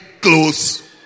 close